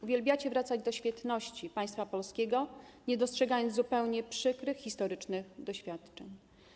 Uwielbiacie wracać do czasów świetności państwa polskiego, nie dostrzegając zupełnie przykrych historycznych doświadczeń.